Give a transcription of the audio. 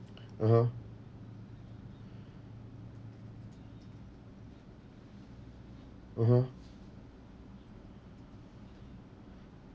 (uh huh) (uh huh)